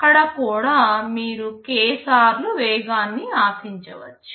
అక్కడ కూడా మీరు k సార్లు వేగాన్నిఆశించవచ్చు